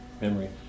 memory